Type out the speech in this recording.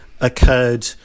occurred